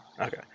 Okay